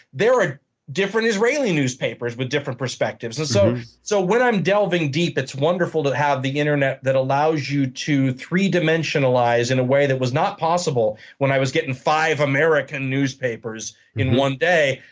there are different israeli newspapers with different perspectives. and so so when i'm delving deep, it's wonderful to have the internet that allows you to three dimensionalize in a way that was not possible when i was getting five american newspapers in one day.